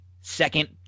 second